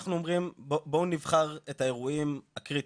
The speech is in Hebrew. אנחנו אומרים בואו נבחר את האירועים הקריטיים,